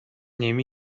نمی